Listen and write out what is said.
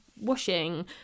washing